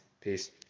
Peace